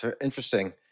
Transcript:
interesting